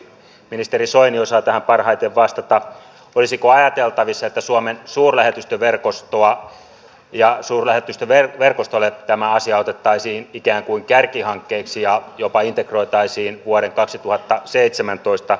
ministeri soini osaa tähän parhaiten vastata olisiko ajateltavissa että suomen suurlähetystö verkostoa ja suurlähetystölle verkostolle tämä asia otettaisiin ikään kuin kärkihankkeeksi ja jopa integroitaisiin vuoden kaksituhattaseitsemäntoista